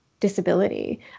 disability